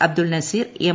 Abdul Nazeer M